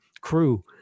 crew